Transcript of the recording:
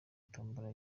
tombora